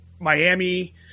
Miami